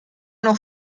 noch